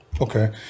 Okay